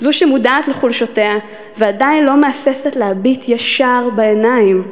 זו שמודעת לחולשותיה ועדיין לא מהססת להביט ישר בעיניים,